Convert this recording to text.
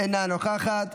אינה נוכחת,